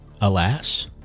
Alas